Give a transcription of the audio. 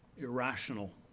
irrational.